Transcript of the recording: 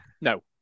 No